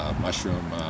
mushroom